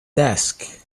desk